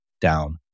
down